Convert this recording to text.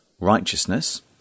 righteousness